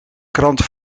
krant